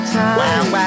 time